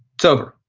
so.